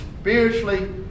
spiritually